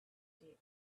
date